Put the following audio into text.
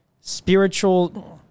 spiritual